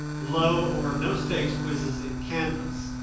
low or no stakes quizzes in canvas.